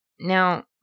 Now